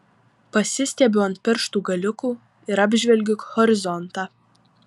pasistiebiu ant pirštų galiukų ir apžvelgiu horizontą